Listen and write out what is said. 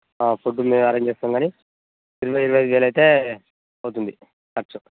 food మేము arrange చేస్తాం కానీ ఇరవై ఇరవై ఐదు వేలు అయితే అవుతుంది ఖర్చు